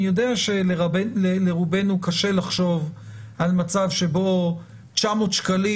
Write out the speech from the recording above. אני יודע שלרובנו קשה לחשוב על מצב שבו 900 שקלים